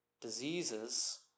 diseases